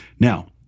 now